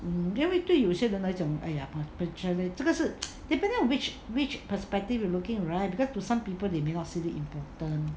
因为对有些人来讲 !aiya! punctuality 这个是 depending on which which perspective we're looking right because to some people they may not see it important